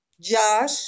Josh